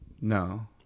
No